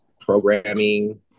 programming